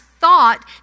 thought